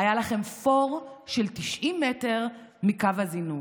היה לכם פור של 90 מטר מקו הזינוק.